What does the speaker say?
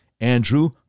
Andrew